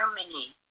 germany